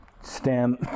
STEM